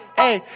hey